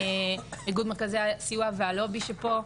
איגוד מרכזי הסיוע והלובי שפה,